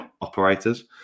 operators